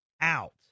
out